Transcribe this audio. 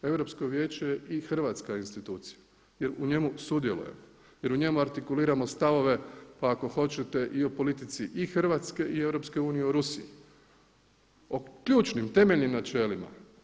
Europsko vijeće je i hrvatska institucija jer u njemu sudjelujemo jer u njima artikuliramo stavove pa ako hoćete i o politici i Hrvatske i EU u Rusiji o ključnim temeljnim načelima.